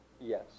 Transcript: Yes